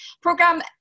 program